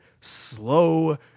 slow